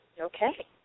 Okay